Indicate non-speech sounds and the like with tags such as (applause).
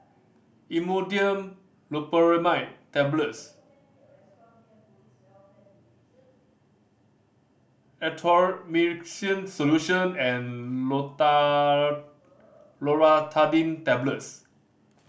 Imodium Loperamide Tablets Erythroymycin Solution and (unintelligible) Loratadine Tablets